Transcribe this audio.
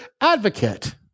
advocate